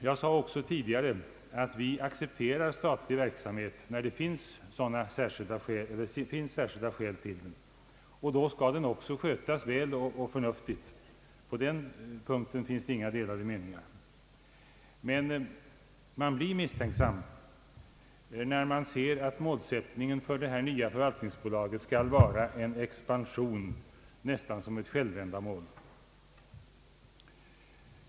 Jag sade också tidigare att vi accepterar statlig verksamhet när det finns särskilda skäl för den, och då skall den skötas väl och förnuftigt. På den punkten finns det inga delade meningar. Men man blir misstänksam när man ser att målsättningen för det nya förvaltningsbolaget skall vara expansion — nästan som självändamål.